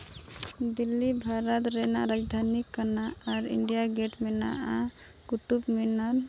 ᱫᱤᱞᱞᱤ ᱵᱷᱟᱨᱚᱛ ᱨᱮᱱᱟᱜ ᱨᱟᱡᱽᱫᱷᱟᱹᱱᱤ ᱠᱟᱱᱟ ᱟᱨ ᱤᱱᱰᱤᱭᱟ ᱜᱮᱴ ᱢᱮᱱᱟᱜᱼᱟ ᱠᱩᱛᱩᱢ ᱢᱤᱱᱟᱨ